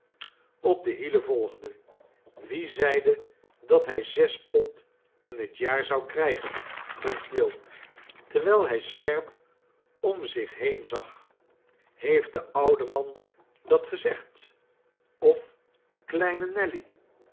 op de hielen volgde wie zeide dat hij zes pond in het jaar zou krijgen vroeg quilp terwijl hij scherp om zich heen zag heeft de oude man dat gezegd of kleine nelly